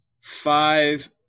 five